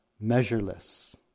measureless